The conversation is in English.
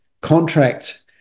contract